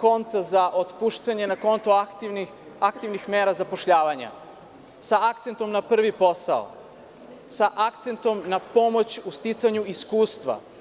konta za otpuštanje na konto aktivnih mera zapošljavanja sa akcentom na prvi posao, sa akcentom na pomoć u sticanju iskustva.